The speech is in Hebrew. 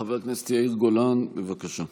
חבר הכנסת יאיר גולן, בבקשה.